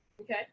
okay